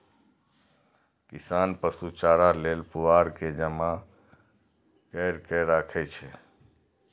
किसान पशु चारा लेल पुआर के जमा कैर के राखै छै